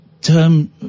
term